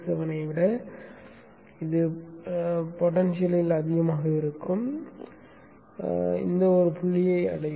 7 ஐ விட இந்த பொடென்ஷியல் அதிகமாக இருக்கும் ஒரு புள்ளியை அடையும்